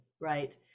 right